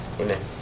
Amen